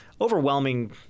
overwhelming